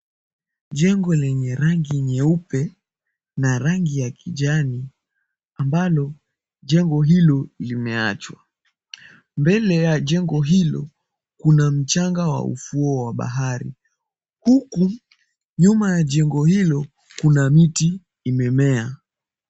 Jengo lenye rangi nyeupe na rangi ya kijani ambalo jengo hilo limeachwa. Mbele ya jengo hilo, kuna mchanga wa ufuo wa bahari, huku nyuma ya jengo hilo kuna miti imemea.